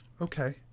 Okay